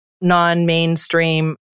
non-mainstream